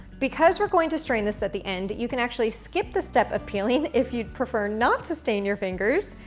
because we're going to strain this at the end you can actually skip the step of peeling if you prefer not to stain your fingers,